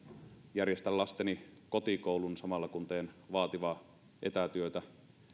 järjestän lasteni kotikoulun samalla kun teen vaativaa etätyötä